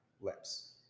lips